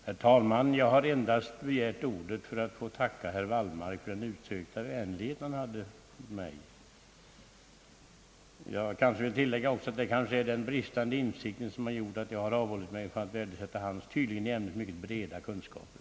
Herr talman! Jag begärde ordet endast för att tacka herr Wallmark för den utsökta vänlighet han visade mig. Jag kan tillägga, att det bara är den bristande insikten som gjort att jag avhållit mig från att värdesätta hans i ämnet tydligen mycket breda kunskaper!